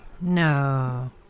No